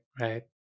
right